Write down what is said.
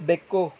ಬೆಕ್ಕು